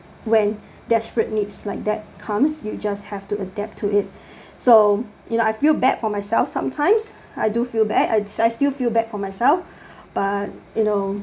when desperate needs like that comes you just have to adapt to it so you know I feel bad for myself sometimes I do feel bad I I still feel bad for myself but you know